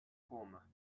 former